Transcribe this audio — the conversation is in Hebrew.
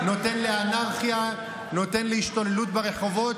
נותן לאנרכיה, נותן להשתוללות ברחובות?